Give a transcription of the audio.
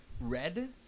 Red